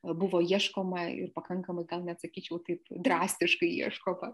buvo ieškoma ir pakankamai gal nesakyčiau taip drastiškai ieškoma